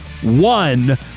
one